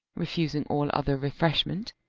refusing all other refreshment,